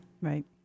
Right